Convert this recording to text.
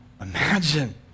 imagine